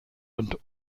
und